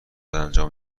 انجام